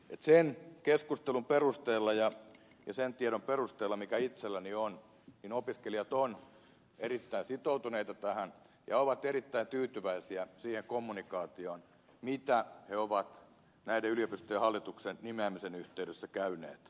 sen keskustelun perusteella ja sen tiedon perusteella mikä itselläni on opiskelijat ovat erittäin sitoutuneita tähän ja ovat erittäin tyytyväisiä siihen kommunikaatioon mitä he ovat näiden yliopistojen hallituksen nimeämisen yhteydessä käyneet